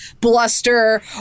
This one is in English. bluster